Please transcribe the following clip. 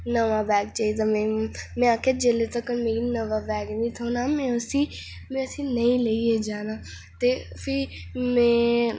नमां बैग चाहिदा में में आक्खेआ जेल्लै तगर मिगी नमां बैग निं थ्होना में उसी नेईं लेइयै जाना ते फ्ही में